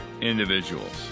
individuals